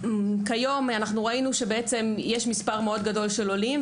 כיום יש מספר מאוד גדול של עולים,